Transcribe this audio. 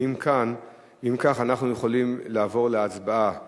ואם כך, אנחנו יכולים לעבור להצבעה